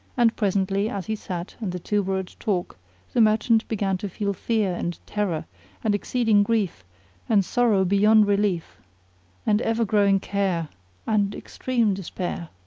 and presently as he sat and the two were at talk the merchant began to feel fear and terror and exceeding grief and sorrow beyond relief and ever growing care and extreme despair.